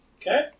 Okay